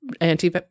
anti